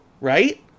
right